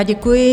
Děkuji.